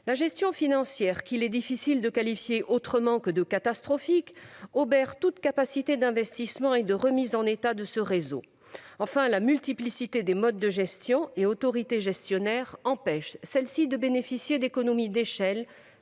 La gestion financière, qu'il est difficile de qualifier autrement que de catastrophique, obère toute capacité d'investissement et de remise en état de ce réseau. Enfin, la multiplicité des modes de gestion et des autorités gestionnaires empêche ces dernières de bénéficier d'économies d'échelle